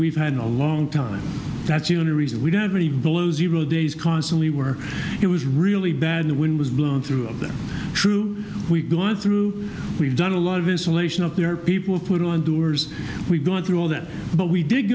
we've had a long time that's the only reason we don't have any below zero days constantly where it was really bad the wind was blowing through them true we've gone through we've done a lot of insulation up there people put on dewar's we've gone through all that but we did